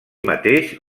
mateix